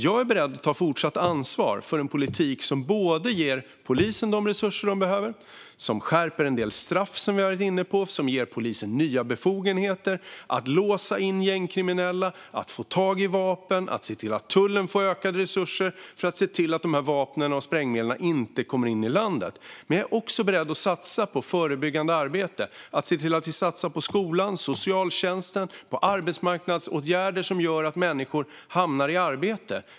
Jag är beredd att ta fortsatt ansvar för en politik som ger polisen de resurser som de behöver, som skärper en del straff, vilket vi har varit inne på, som ger polisen nya befogenheter att låsa in gängkriminella och få tag i vapen och som ser till att tullen får ökade resurser för att se till att dessa vapen och sprängmedel inte kommer in i landet. Men jag är också beredd att satsa på förebyggande arbete och se till att vi satsar på skolan, på socialtjänsten och på arbetsmarknadsåtgärder som gör att människor hamnar i arbete.